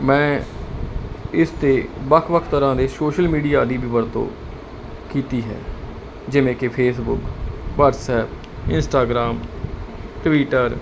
ਮੈਂ ਇਸ ਤੇ ਵੱਖ ਵੱਖ ਤਰ੍ਹਾਂ ਦੇ ਸੋਸ਼ਲ ਮੀਡੀਆ ਦੀ ਵੀ ਵਰਤੋਂ ਕੀਤੀ ਹੈ ਜਿਵੇਂ ਕਿ Facebook WhatsApp Instagram Twitter